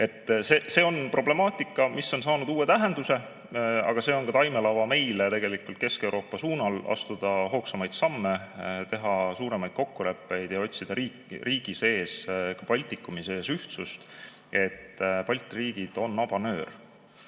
See on problemaatika, mis on saanud uue tähenduse. Aga see on ka taimelava meile Kesk-Euroopa suunal astuda hoogsamaid samme, teha suuremaid kokkuleppeid ja otsida riigi sees, ka Baltikumi sees, ühtsust. Balti riigid on nabanöör